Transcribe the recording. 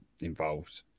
involved